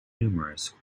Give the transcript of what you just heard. numerous